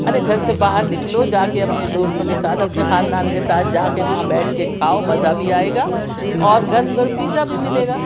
ارے گھر سے باہر نکلو جا کے اپنے دوستوں کے ساتھ اپنے خاندان کے ساتھ جا کے وہاں بیٹھ کے کھاؤ مزہ بھی آئے گا اور گرم گرم پیزا بھی ملے گا